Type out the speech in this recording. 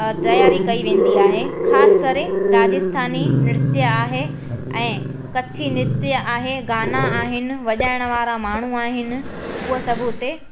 तियारी कई वेंदी आहे ख़ासि करे राजस्थानी नृत्य आहे ऐं कच्छी नृत्य आहे गाना आहिनि वॼाइण वारा माण्हू आहिनि उहो सभु उते